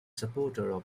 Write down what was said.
supporter